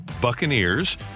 Buccaneers